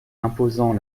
imposant